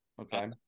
Okay